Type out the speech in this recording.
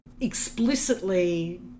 explicitly